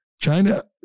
China